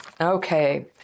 Okay